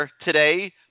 Today